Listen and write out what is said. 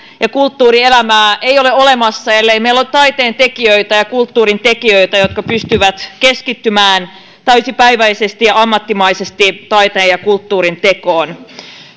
ja kulttuurielämää ei ole olemassa ellei meillä ole taiteen tekijöitä ja kulttuurin tekijöitä jotka pystyvät keskittymään täysipäiväisesti ja ammattimaisesti taiteen ja kulttuurin tekoon